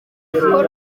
gikorwa